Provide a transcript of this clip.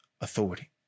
authority